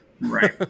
Right